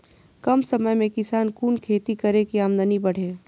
कम समय में किसान कुन खैती करै की आमदनी बढ़े?